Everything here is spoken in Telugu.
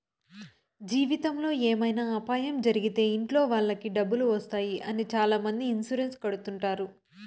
జీవితంలో ఏమైనా అపాయం జరిగితే ఇంట్లో వాళ్ళకి డబ్బులు వస్తాయి అని చాలామంది ఇన్సూరెన్స్ కడుతుంటారు